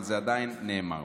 אבל זה עדיין נאמר.